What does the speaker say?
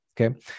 okay